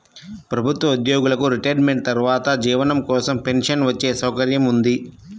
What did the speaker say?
ప్రభుత్వ ఉద్యోగులకు రిటైర్మెంట్ తర్వాత జీవనం కోసం పెన్షన్ వచ్చే సౌకర్యం ఉంది